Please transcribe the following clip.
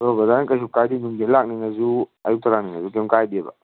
ꯑꯗꯣ ꯕ꯭ꯔꯗꯔꯅ ꯀꯩꯁꯨ ꯀꯥꯏꯗꯦ ꯅꯨꯡꯗꯤꯟꯗ ꯂꯥꯛꯅꯤꯡꯉꯁꯨ ꯑꯌꯨꯛꯇ ꯂꯥꯛꯅꯤꯡꯉꯁꯨ ꯀꯔꯤꯝ ꯀꯥꯏꯗꯦꯕ